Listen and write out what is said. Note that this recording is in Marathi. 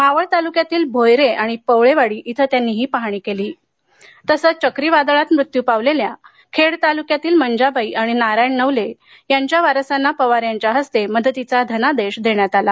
मावळ तालुक्यातील भोयरे आणि पवळेवाडी इथं त्यांनी ही पहाणी केली तसच चक्रीवादळात मृत्यू पावलेल्या खेड तालुक्यातील मंजाबाई आणि नारायण नवले यांच्या वारसांना पवार यांच्या इस्ते मदतीचा धनादेश देण्यात आला